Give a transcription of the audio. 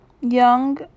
young